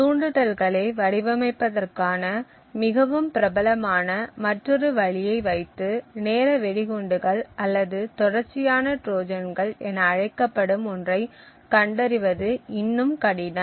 தூண்டுதல்களை வடிவமைப்பதற்கான மிகவும் பிரபலமான மற்றொரு வழியை வைத்து நேர வெடிகுண்டுகள் அல்லது தொடர்ச்சியான ட்ரோஜன்கள் என அழைக்கப்படும் ஒன்றை கண்டறிவது இன்னும் கடினம்